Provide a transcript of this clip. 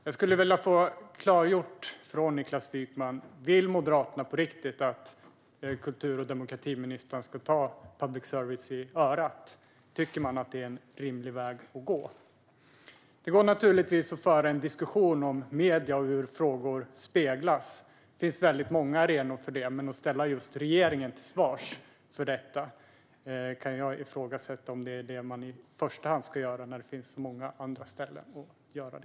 Jag skulle vilja få klargjort av Niklas Wykman om Moderaterna på riktigt vill att kultur och demokratiministern ska ta public service i örat, om man tycker att det är en rimlig väg att gå. Det går naturligtvis att föra en diskussion om medier och hur frågor speglas. Det finns många arenor för att göra det, men jag kan ifrågasätta om man i första hand ska ställa regeringen till svars.